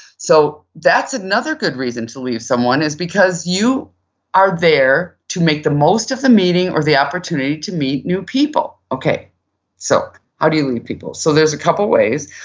so that's another good reason to leave someone is because you are there to make the most of the meeting or the opportunity to meet new people so how do you leave people? so there's a couple ways.